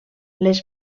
les